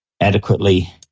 adequately